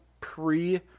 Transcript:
pre